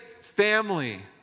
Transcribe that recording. family